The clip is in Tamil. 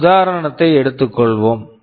ஒரு உதாரணத்தை எடுத்துக்கொள்வோம்